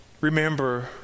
Remember